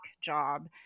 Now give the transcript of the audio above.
job